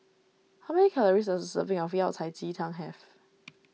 how many calories does a serving of Yao Cai Ji Tang have